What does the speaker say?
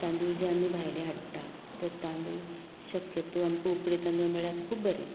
तांदूळ जे आमी भायले हाडटात तें तांदूळ शक्यतो आमकां उकडें तांदूळ मेळ्ळ्यार खूब बरें